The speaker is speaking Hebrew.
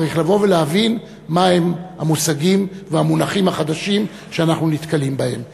צריך לבוא ולהבין מה הם המושגים והמונחים החדשים שאנחנו נתקלים בהם,